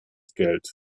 geld